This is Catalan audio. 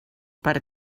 per